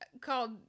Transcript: called